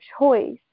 choice